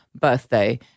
birthday